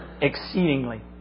exceedingly